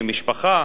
ממשפחה,